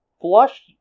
flush